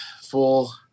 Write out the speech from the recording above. full